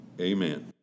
amen